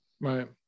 Right